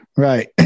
Right